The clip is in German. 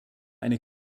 eine